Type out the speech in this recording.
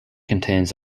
contains